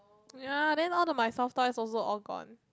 ya then all the my soft toys also all gone